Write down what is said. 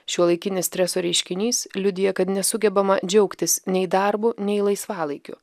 šiuolaikinis streso reiškinys liudija kad nesugebama džiaugtis nei darbu nei laisvalaikiu